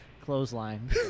clothesline